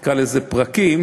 נקרא לזה פרקים.